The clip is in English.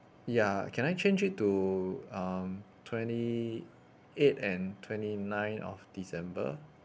ya can I change it to um twenty eight and twenty nine of december